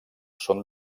són